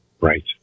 right